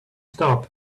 stop